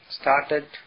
started